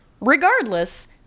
Regardless